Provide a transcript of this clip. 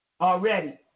already